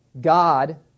God